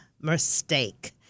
mistake